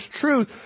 truth